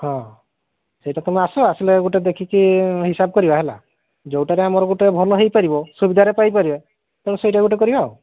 ହଁ ସେଇଟା ତୁମେ ଆସ ଆସିଲେ ଗୋଟେ ଦେଖିକି ହିସାବ କରିବା ହେଲା ଯେଉଁଟାରେ ଆମର ଗୋଟେ ଭଲ ହେଇପାରିବ ସୁବିଧାରେ ପାଇପାରିବା ତେଣୁ ସେଇଟା ଗୋଟେ କରିବା